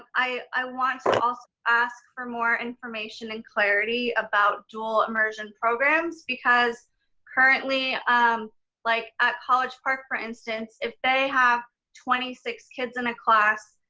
i want to also ask for more information and clarity about dual immersion programs, because currently like at college park, for instance, if they have twenty six kids in a class,